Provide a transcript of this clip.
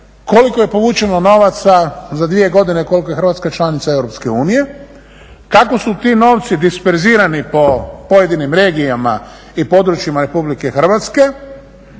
koliko je povučeno novaca za dvije godine koliko je Hrvatska članica EU, kako su ti novci disperzirani po pojedinim regijama i područjima Republike Hrvatske,